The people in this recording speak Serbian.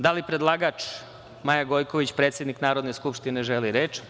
Da li predlagač Maja Gojković, predsednik Narodne skupštine, želi reč?